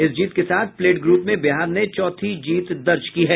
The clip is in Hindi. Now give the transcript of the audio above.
इस जीत के साथ प्लेट ग्रुप में बिहार ने चौथी जीत दर्ज की है